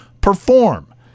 perform